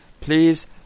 Please